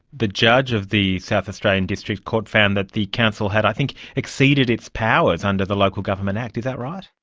the judge of the south australian district court found that the council had i think exceeded its powers under the local government act, is that right?